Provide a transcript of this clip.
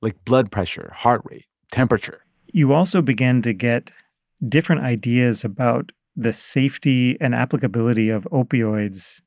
like blood pressure, heart rate, temperature you also began to get different ideas about the safety and applicability of opioids